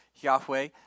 Yahweh